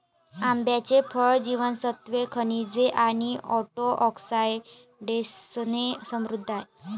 आंब्याचे फळ जीवनसत्त्वे, खनिजे आणि अँटिऑक्सिडंट्सने समृद्ध आहे